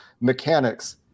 mechanics